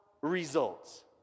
results